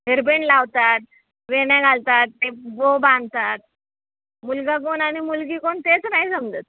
hairband लावतात वेण्या घालतात ते बो बांधतात मुलगा कोण आणि मुलगी कोण तेच नाही समजत